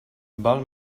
val